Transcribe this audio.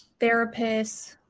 therapists